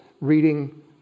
reading